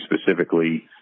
specifically